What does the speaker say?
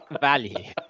value